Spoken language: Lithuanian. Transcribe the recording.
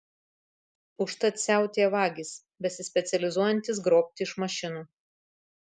užtat siautėja vagys besispecializuojantys grobti iš mašinų